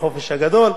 החופש הגדול,